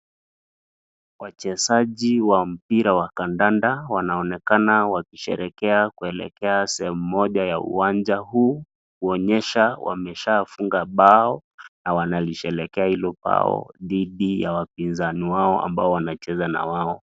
Wachezaji wa mpira wa kandanda wanaonekana wakisherehekea kuelekea sehemu moja wa uwanja huu kuonyesha wameshafunga bao na wanalisherehekea hilo bao dhidi ya wapinzani wao ambao wanacheza na wao.